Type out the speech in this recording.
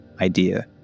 idea